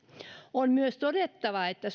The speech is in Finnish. on myös todettava että